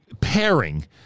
pairing